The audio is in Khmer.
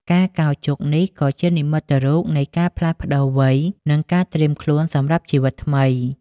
ការកោរជុកនេះក៏ជានិមិត្តរូបនៃការផ្លាស់ប្តូរវ័យ និងការត្រៀមខ្លួនសម្រាប់ជីវិតថ្មី។